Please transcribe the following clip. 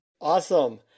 Awesome